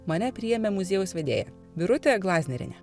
mane priėmė muziejaus vedėja birutė glaznerienė